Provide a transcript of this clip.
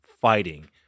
fighting